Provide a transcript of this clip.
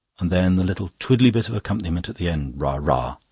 and then the little twiddly bit of accompaniment at the end ra-ra.